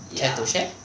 care to share